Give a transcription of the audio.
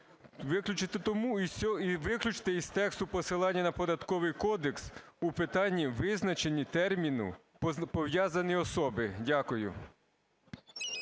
виключити із тексту посилання на Податковий кодекс у питанні визначення терміну "пов'язані особи". Дякую.